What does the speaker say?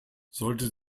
sollte